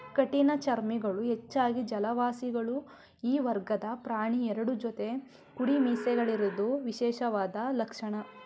ಕಠಿಣಚರ್ಮಿಗಳು ಹೆಚ್ಚಾಗಿ ಜಲವಾಸಿಗಳು ಈ ವರ್ಗದ ಪ್ರಾಣಿ ಎರಡು ಜೊತೆ ಕುಡಿಮೀಸೆಗಳಿರೋದು ವಿಶೇಷವಾದ ಲಕ್ಷಣ